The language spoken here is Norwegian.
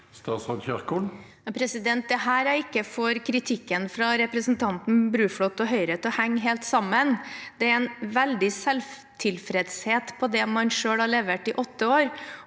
Det er her jeg ikke får kritikken fra representanten Bruflot og Høyre til å henge helt sammen. Det er en veldig selvtilfredshet på det man selv har levert i åtte år.